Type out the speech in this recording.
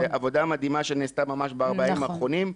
זאת עבודה מדהימה שנעשתה ממש בארבעה הימים האחרונים.